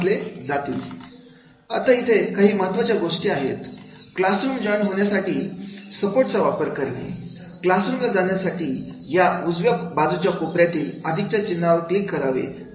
आता इथे काही महत्वाच्या गोष्टी आहेत क्लास रूम जॉईन होण्यासाठी सपोर्टचा वापर करणे क्लास रूमला जाण्यासाठी या उजव्या बाजूच्या कोपऱ्यातील अधिकच्या चिन्हावर क्लिक करावे